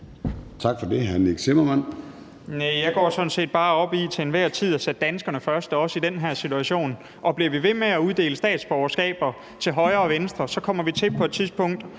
Kl. 14:03 Nick Zimmermann (DF): Næh, jeg går sådan set bare op i til enhver tid at sætte danskerne først, også i den her situation. Og bliver vi ved med at uddele statsborgerskaber til højre og venstre, kommer vi til på et tidspunkt